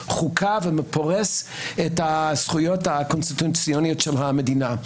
את החוקה ופורשת את הזכויות הקונסטוציוניות של המדינה,